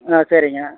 ஆ சரிங்க